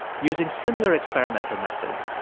using similar experimental methods,